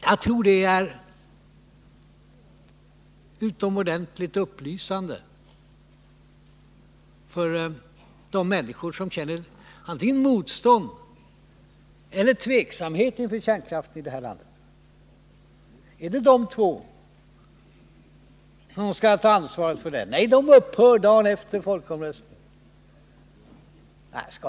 Jag tror att det är ett förhållande som är utomordentligt upplysande för de människor som känner antingen motstånd mot eller tveksamhet inför kärnkraften i det här landet. Är det dessa båda parter som skall ta ansvaret i det sammanhanget? Nej, det ansvaret upphör dagen efter folkomröstningen.